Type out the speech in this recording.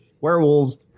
werewolves